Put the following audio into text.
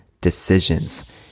decisions